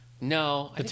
No